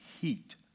heat